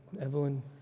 Evelyn